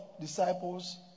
disciples